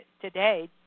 today